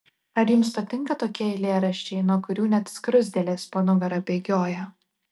ar jums patinka tokie eilėraščiai nuo kurių net skruzdėlės po nugarą bėgioja